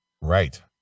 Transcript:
Right